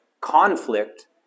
conflict